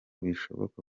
bishoboka